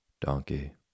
Donkey